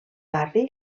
barri